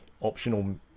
optional